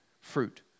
fruit